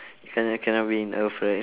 can~ cannot be in earth right